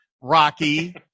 Rocky